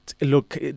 look